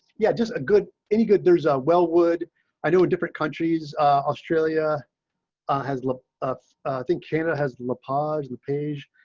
yeah, just a good any good. there's a well. would i do a different countries australia has looked um think canada has come upon the page,